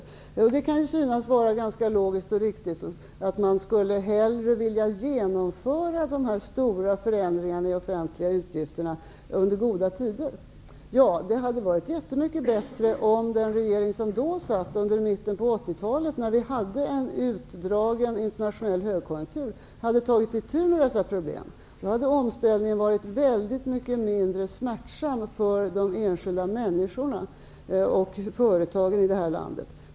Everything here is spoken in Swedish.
Jo, det kan synas vara ganska logiskt och riktigt att man hellre skulle vilja genomföra dessa stora förändringar i de offentliga utgifterna under goda tider. Ja, det hade varit mycket bättre om den regering som då satt under mitten av 80-talet, när det var en utdragen internationell högkonjunktur, hade tagit itu med dessa problem. Då hade omställningen varit mindre smärtsam för de enskilda människorna och företagen i det här landet.